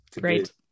Great